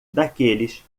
daqueles